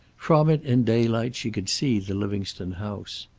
from it in daylight she could see the livingstone house.